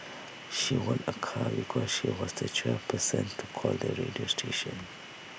she won A car because she was the twelfth person to call the radio station